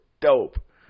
dope